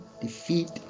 defeat